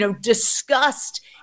discussed